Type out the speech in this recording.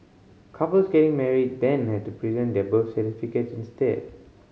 couples getting married then had to present their birth certificates instead